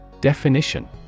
Definition